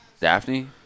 Daphne